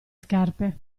scarpe